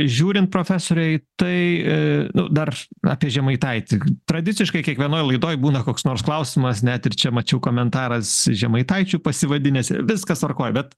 žiūrint profesore į tai dar apie žemaitaitį tradiciškai kiekvienoj laidoj būna koks nors klausimas net ir čia mačiau komentaras žemaitaičiu pasivadinęs viskas tvarkoje bet